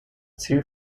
ziel